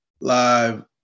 live